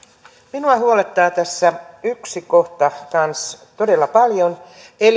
minua huolettaa kanssa tässä yksi kohta todella paljon